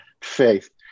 faith